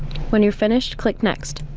when you're finished, click next.